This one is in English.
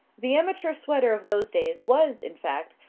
the amateur sweater of those days was, in fact,